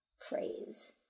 Phrase